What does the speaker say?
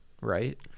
right